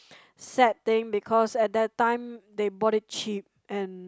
sad thing because at that time they bought it cheap and